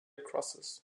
crosses